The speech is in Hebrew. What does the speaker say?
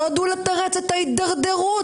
לתרץ את ההידרדרות,